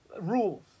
rules